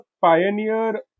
pioneer